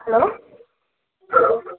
hello